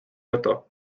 auto